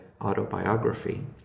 autobiography